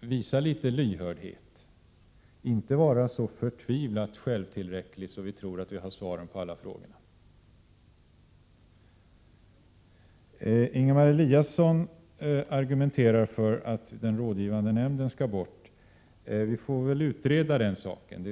vi visa litet lyhördhet och inte vara så förtvivlat självtillräckliga att vi tror att vi har svaren på alla frågor. Ingemar Eliasson argumenterar för att den rådgivande nämnden skall bort. Vi får utreda den saken.